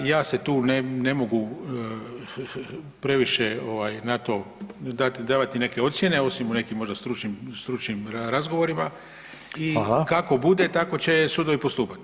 Ja se tu ne mogu previše, na to davati neke ocjene osim u nekim možda stručnim razgovorima i kako bude tako će sudovi postupati.